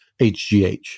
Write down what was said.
HGH